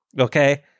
okay